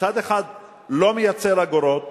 מצד אחד לא מייצר אגורות,